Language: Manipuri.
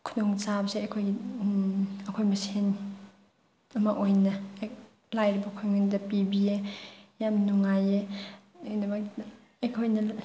ꯈꯨꯗꯣꯡ ꯆꯥꯕꯁꯦ ꯑꯩꯈꯣꯏꯒꯤ ꯑꯩꯈꯣꯏ ꯃꯁꯦꯟ ꯑꯃ ꯑꯣꯏꯅ ꯍꯦꯛ ꯂꯥꯏꯔꯕ ꯑꯩꯈꯣꯏꯉꯣꯟꯗ ꯄꯤꯕꯤꯌꯦ ꯌꯥꯝ ꯅꯨꯡꯉꯥꯏꯌꯦ ꯑꯗꯨꯒꯤꯗꯃꯛꯇ ꯑꯩꯈꯣꯏꯅ